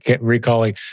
recalling